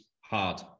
hard